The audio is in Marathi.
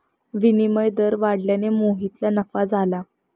विनिमय दर वाढल्याने मोहितला नफा झाला